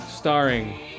starring